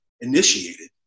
initiated